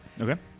Okay